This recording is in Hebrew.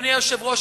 אדוני היושב-ראש,